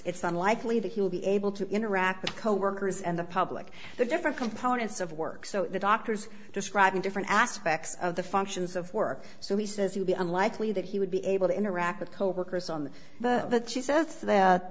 anxious it's unlikely that he will be able to interact with coworkers and the public the different components of work so the doctors describing different aspects of the functions of work so he says he'll be unlikely that he would be able to interact with coworkers on that she says that